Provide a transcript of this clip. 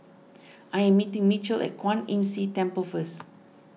I am meeting Mitchell at Kwan Imm See Temple first